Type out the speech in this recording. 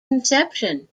inception